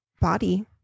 body